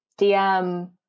DM